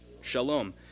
Shalom